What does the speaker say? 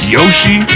Yoshi